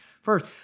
first